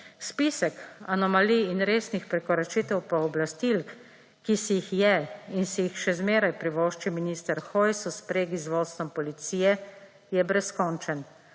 Spisek anomalij in resnih prekoračitev pooblastil, ki si jih je in si jih še zmeraj privošči minister Hojs v spregi z vodstvom policije, je brezkončen.